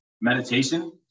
meditation